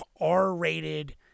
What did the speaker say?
R-rated